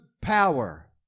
power